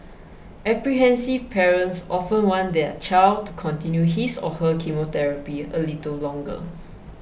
apprehensive parents often want their child to continue his or her chemotherapy a little longer